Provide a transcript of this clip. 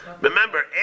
Remember